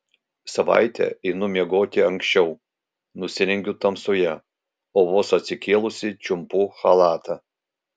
savaitę einu miegoti anksčiau nusirengiu tamsoje o vos atsikėlusi čiumpu chalatą